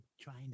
trying